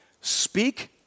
Speak